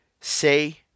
say